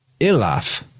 ilaf